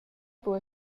buca